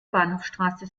bahnhofsstraße